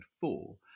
four